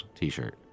t-shirt